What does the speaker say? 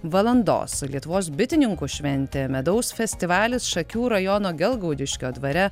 valandos lietuvos bitininkų šventė medaus festivalis šakių rajono gelgaudiškio dvare